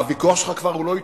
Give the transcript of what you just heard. הוויכוח שלך הוא כבר לא אתי.